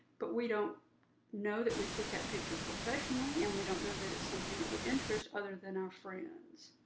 but we don't know that we took that picture professionally. and we don't know that it's something that would interest other than our friends.